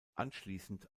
anschließend